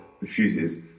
refuses